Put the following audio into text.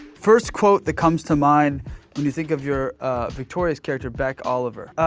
first quote that comes to mind when you think of your victorious character beck oliver?